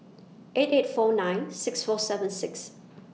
eight eight four nine six four seven six